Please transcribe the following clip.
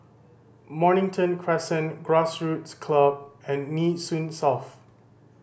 Mornington Crescent Grassroots Club and Nee Soon South